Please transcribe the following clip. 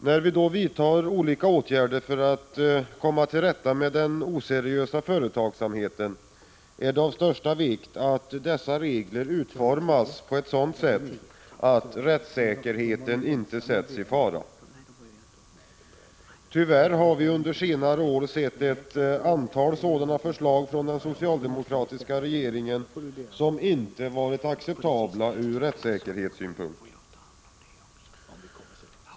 När vi vidtar olika åtgärder för att komma till rätta med den oseriösa företagsamheten, är det av största vikt att dessa regler utformas på ett sådant sätt att rättssäkerheten inte sätts i fara. Tyvärr har vi under senare år sett ett antal förslag från den socialdemokratiska regeringen som inte varit acceptabla ur rättssäkerhetssynpunkt.